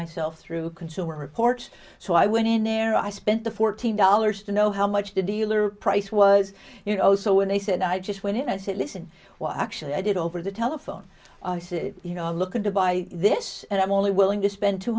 myself through consumer reports so i went in there i spent the fourteen dollars to know how much the dealer price was you know so when they said i just went in and said listen well actually i did over the telephone you know i'm looking to buy this and i'm only willing to spend two